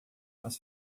nós